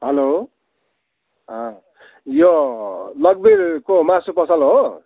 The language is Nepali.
हेलो अँ यो लकवीरको मासु पसल हो